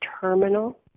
terminal